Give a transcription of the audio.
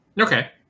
Okay